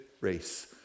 race